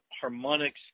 harmonics